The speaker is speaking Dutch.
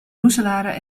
roeselare